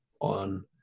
on